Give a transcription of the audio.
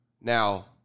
Now